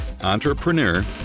entrepreneur